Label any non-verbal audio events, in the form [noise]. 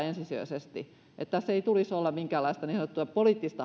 [unintelligible] ensisijaisesti arvioidaan tartuntariskiä tässä ei tulisi olla minkäänlaista niin sanottua poliittista